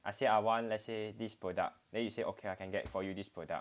I say I want let's say this product then you say okay lah can get for you this product